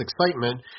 excitement